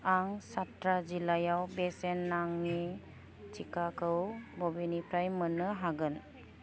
आं चात्रा जिल्लायाव बेसेन नाङि टिकाखौ बबेनिफ्राय मोन्नो हागोन